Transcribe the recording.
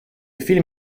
film